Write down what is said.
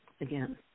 again